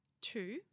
two